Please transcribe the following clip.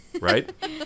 right